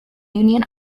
union